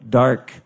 dark